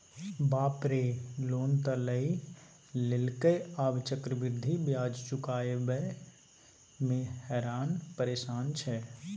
बाप रे लोन त लए लेलकै आब चक्रवृद्धि ब्याज चुकाबय मे हरान परेशान छै